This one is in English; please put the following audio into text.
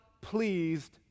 pleased